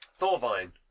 Thorvine